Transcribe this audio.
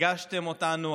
ריגשתם אותנו.